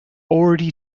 already